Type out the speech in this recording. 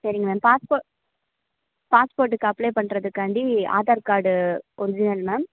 சரிங்க மேம் பாஸ்போ பாஸ்போர்ட்டுக்கு அப்ளை பண்ணுறதுக்காண்டி ஆதார் கார்டு ஒரிஜினல் மேம்